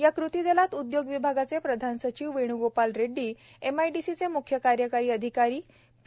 या कृतीदलात उद्योग विभागाचे प्रधान सचिव वेण्गोपाल रेड्डी एमआयडीसीचे म्ख्य कार्यकारी अधिकारी पी